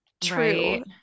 true